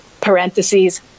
parentheses